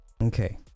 okay